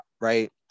right